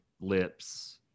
lips